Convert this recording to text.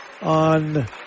on